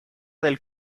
del